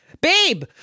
babe